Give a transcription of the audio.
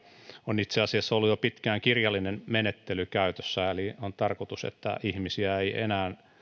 on itse asiassa ollut jo pitkään kirjallinen menettely käytössä eli on tarkoitus että ihmisiä ei enää